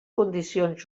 condicions